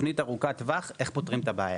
תוכנית ארוכת טווח, איך פותרים את הבעיה.